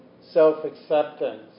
self-acceptance